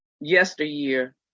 yesteryear